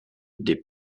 des